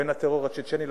בין הטרור הצ'צ'ני,